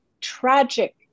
tragic